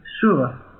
Sure